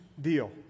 deal